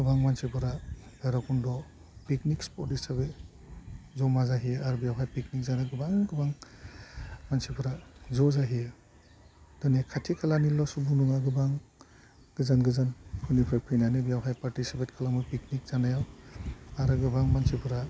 गोबां मानसिफ्रा भैरा कुन्ड'वाव पिकनिक स्पट हिसाबै जमा जाहैयो आरो बेवहाय पिकनिक जानो गोबां गाोबां मानसिफ्रा ज' जाहैयो जोंनि खाथि खालानिल' सुबुं नङा गोबां गोजान गोजान फोरनिफ्राय फैनानै बेयावहाय पार्टिचिपेट खालामो पिकनिक जानायाव आरो गोबां मानसिफ्रा